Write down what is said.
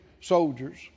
soldiers